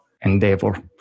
endeavor